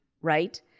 right